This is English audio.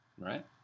right